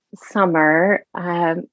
summer